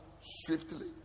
swiftly